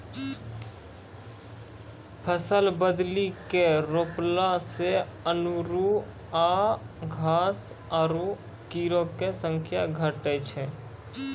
फसल बदली के रोपला से अनेरूआ घास आरु कीड़ो के संख्या घटै छै